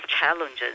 challenges